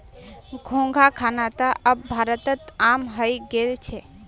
घोंघा खाना त अब भारतत आम हइ गेल छ